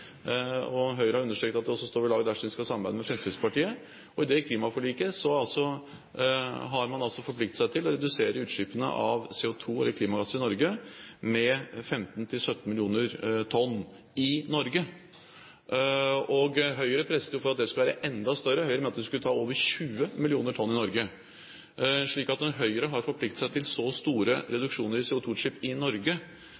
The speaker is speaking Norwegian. Høyre har understreket at det også står ved lag dersom de skal samarbeide med Fremskrittspartiet. I det klimaforliket har man forpliktet seg til å redusere utslippene av CO2, eller klimagasser, med 15–17 millioner tonn i Norge. Høyre presset jo på for at det skulle være enda større reduksjon. Høyre mente vi skulle ta over 20 millioner tonn i Norge. Så når Høyre har forpliktet seg til så store